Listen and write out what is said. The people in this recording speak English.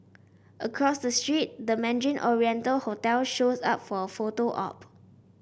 across the street the Mandarin Oriental hotel shows up for a photo op